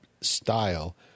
style